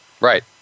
Right